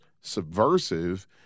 subversive